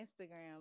Instagram